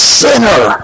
sinner